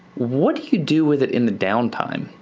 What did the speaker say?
what do you do with it in the downtime?